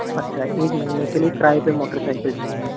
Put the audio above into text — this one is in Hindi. अच्छा एक महीने के लिए किराए पे मोटरसाइकिल चहिए